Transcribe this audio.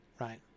right